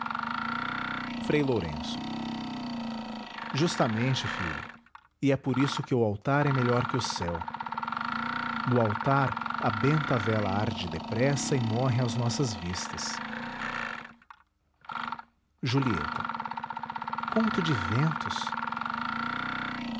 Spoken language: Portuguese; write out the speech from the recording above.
frei lourenço justamente filho e é por isso que o altar é melhor que o céu no altar a benta vela arde depressa e morre às nossas vistas julieta conto de ventos